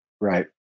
Right